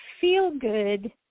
feel-good